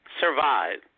survive